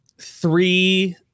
three